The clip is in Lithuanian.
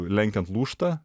lenkiant lūžta